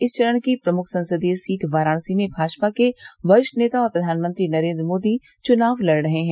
इस चरण की प्रमुख संसदीय सीट वाराणसी में भाजपा के वरिष्ठ नेता और प्रधानमंत्री नरेन्द्र मोदी चुनाव लड़ रहे हैं